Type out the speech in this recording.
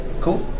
Cool